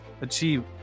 achieve